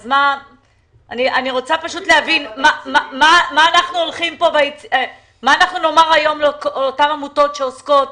אני רוצה להבין מה נאמר היום לאותן עמותות שעוסקות